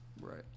Right